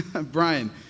Brian